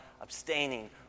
abstaining